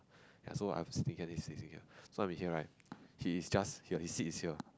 ya so I'm sitting here then he's sitting here so I'm in here right he's just his seat is here